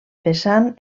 vessant